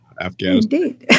Afghanistan